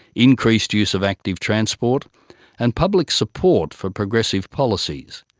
increased use of active transport and public support for progressive policies.